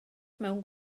mewn